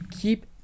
keep